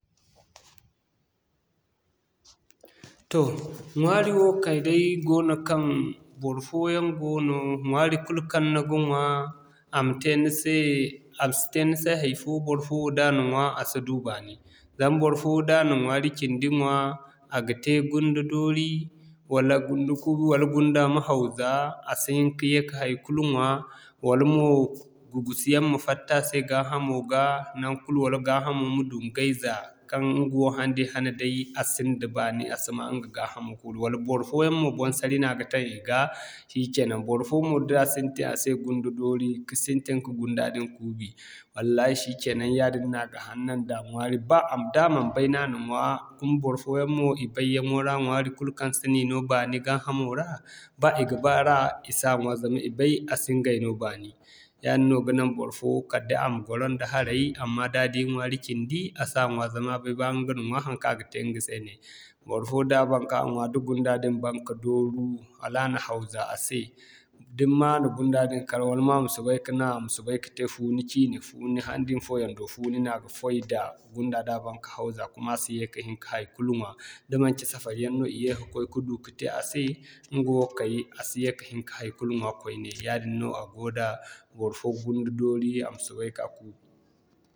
Toh ɲwaari wo kay day goono kaŋ, barfoyaŋ goono ɲwaari kul kaŋ ni ga ɲwa, a ma te ni se, a ma si te ni se hay'fo barfo wo da a na ɲwa a si du baani. Zama barfo wo da na ɲwaari cindi ɲwa a ga te gunde doori, wala gunde kuubi, wala gunda ma haw za, a si hin ka ye ka haikulu ɲwa, wala mo gugusi yaŋ ma fatta a se gaa hamo ga, naŋkulu wala gaa hamo ma duŋgay za kaŋ ɲga wo handin hane day a sinda baani a si ma ɲga gaa hamo kuuru. Wala barfoyaŋ mo boŋ-sari moua ga taŋ i ga, shikenan barfo mo da a sintin a se gunde doori ka sintin ka gunda din kuubi wallahi shikenan yaadin no a ga hanna nda ɲwaari ba a da man bay no a na ɲwa kuma barfoyaŋ mo i bay yaŋo ra ɲwaari kulu kaŋ si ni no baani gaa hamo ra, ba i ga baara i sa ɲwa zama i ga bay a si ɲgay no baani. Yaadin no ga naŋ barfo kala day a ma gwaro nda haray, amma da di ɲwaari cindi a si a ɲwa zama bay ba ɲga na ɲwa haŋkaŋ a ga te ɲga se ne. Barfo da ban ka ɲwa da gunda din ban ka dooru wala a na haw za a se da ni ma a na gunda din kar wala mo a ma soobay ka naŋ a ma soobay ka te fuuni cii ne. Handin foyando fuuni no a ga foy da gunda da baŋ ka haw za kuma a si ye ka hin ka haikulu ɲwa da manci safari yaŋ no i ye ka'koy ka du ka te a se ɲga woo kay a si yee ka hin ka haikulu ɲwa koyne yaadin no a go da barfo gunde-doori a ma soobay ka kuubi.